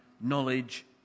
knowledge